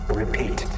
repeat